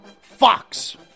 Fox